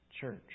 church